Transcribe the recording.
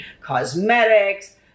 cosmetics